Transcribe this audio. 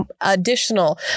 additional